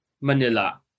Manila